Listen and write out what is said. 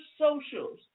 socials